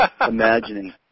imagining